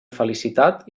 felicitat